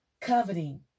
Coveting